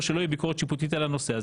שלא תהיה ביקורת שיפוטית על הנושא הזה,